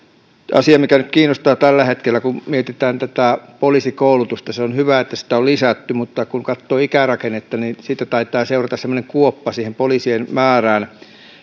asia mikä nyt kiinnostaa tällä hetkellä kun mietitään poliisikoulutusta se on hyvä että sitä on lisätty mutta kun katsoo ikärakennetta niin siitä taitaa seurata semmoinen kuoppa poliisien määrään